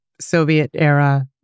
Soviet-era